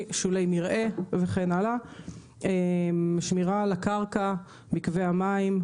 שמירה על הקרקע ועל מקווי המים,